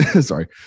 Sorry